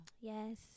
Yes